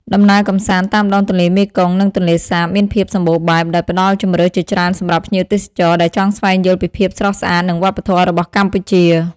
ដំណើរកម្សាន្តតាមដងទន្លេមេគង្គ និងទន្លេសាប មានភាពសម្បូរបែប ដោយផ្តល់ជម្រើសជាច្រើនសម្រាប់ភ្ញៀវទេសចរ ដែលចង់ស្វែងយល់ពីភាពស្រស់ស្អាត និងវប្បធម៌របស់កម្ពុជា។